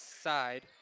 side